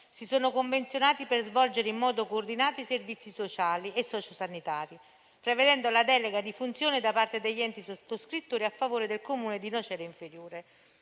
si sono convenzionati per svolgere in modo coordinato i servizi sociali e sociosanitari, prevedendo la delega di funzione da parte degli enti sottoscrittori a favore del Comune di Nocera Inferiore.